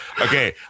Okay